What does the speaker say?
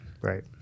right